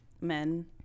men